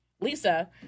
Lisa